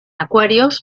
acuarios